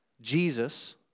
Jesus